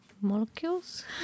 molecules